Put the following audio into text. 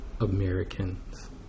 Americans